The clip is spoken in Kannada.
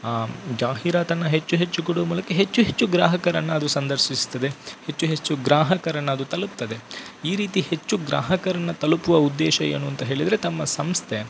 ಜಾಹೀರಾತನ್ನು ಹೆಚ್ಚು ಹೆಚ್ಚು ಕೊಡುವ ಮೂಲಕ ಹೆಚ್ಚು ಹೆಚ್ಚು ಗ್ರಾಹಕರನ್ನು ಅದು ಸಂದರ್ಶಿಸುತ್ತದೆ ಹೆಚ್ಚು ಹೆಚ್ಚು ಗ್ರಾಹಕರನ್ನು ಅದು ತಲುಪ್ತದೆ ಈ ರೀತಿ ಹೆಚ್ಚು ಗ್ರಾಹಕರನ್ನು ತಲುಪುವ ಉದ್ದೇಶ ಏನು ಅಂತ ಹೇಳಿದರೆ ತಮ್ಮ ಸಂಸ್ಥೆ